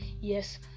yes